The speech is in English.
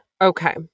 Okay